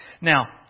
Now